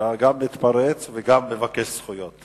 אתה גם מתפרץ וגם מבקש זכויות.